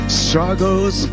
struggles